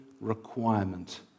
requirement